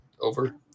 over